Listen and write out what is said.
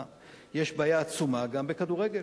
יש בעיה עצומה גם בכדורגל.